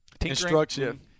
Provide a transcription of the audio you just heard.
instruction